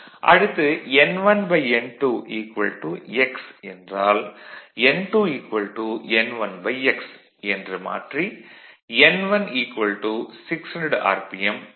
அடுத்து n1n2 x என்றால் n2 n1x என்று மாற்றி n1 600 ஆர்